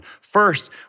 First